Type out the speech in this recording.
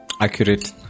Accurate